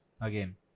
Again